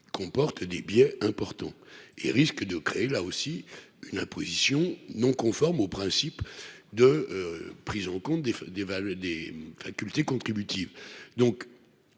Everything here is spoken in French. comporte des biais importants et risque de créer, là aussi, une imposition non conforme aux principes de prise en compte des des des facultés contributives